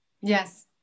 Yes